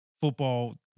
football